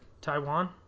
Taiwan